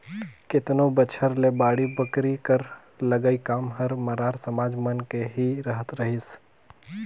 केतनो बछर ले बाड़ी बखरी कर लगई काम हर मरार समाज मन के ही रहत रहिस